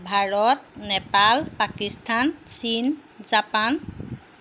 ভাৰত নেপাল পাকিস্তান চীন জাপান